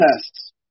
tests